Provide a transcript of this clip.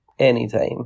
Anytime